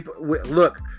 Look